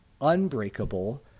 unbreakable